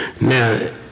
Now